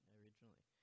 originally